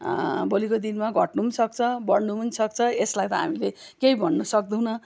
भोलिको दिनमा घट्नु पनि सक्छ बढ्नु पनि सक्छ यसलाई त हामीले केही भन्न सक्दैनौँ